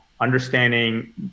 understanding